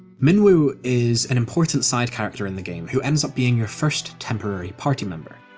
minwu is an important side-character in the game, who ends up being your first temporary party member.